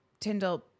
Tyndall